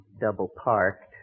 double-parked